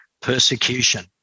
persecution